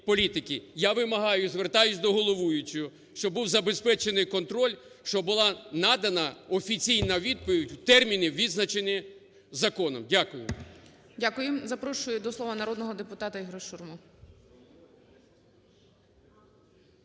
Я вимагаю і звертаюсь до головуючого, щоб був забезпечений контроль, щоб була надана офіційна відповідь в терміни, визначені законом. Дякую. ГОЛОВУЮЧИЙ. Дякую. Запрошую до слова народного депутата Ігоря Шурму.